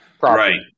Right